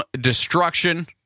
destruction